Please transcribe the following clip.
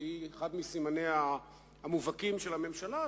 שהיא אחד מסימניה המובהקים של הממשלה,